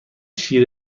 شیر